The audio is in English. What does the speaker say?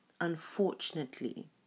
unfortunately